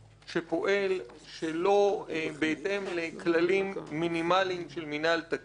שפועל שלא בהתאם לכללים מינימליים של מינהל תקין.